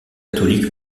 catholique